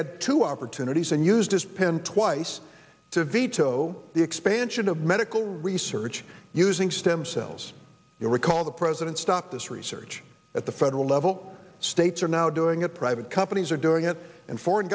had two opportunities and used his pen twice to veto the expansion of medical research using stem cells you'll recall the president stopped this research at the federal level states are now doing it private companies are doing it and foreign